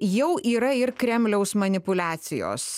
jau yra ir kremliaus manipuliacijos